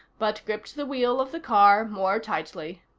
but gripped the wheel of the car more tightly.